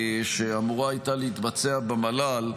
אמורה הייתה להתבצע במל"ל,